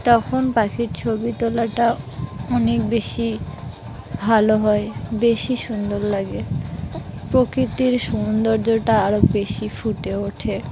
তখন পাখির ছবি তোলাটা অনেক বেশি ভালো হয় বেশি সুন্দর লাগে প্রকৃতির সৌন্দর্যটা আরও বেশি ফুটে ওঠে